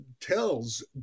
tells